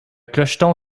clocheton